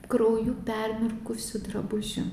krauju permirkusiu drabužiu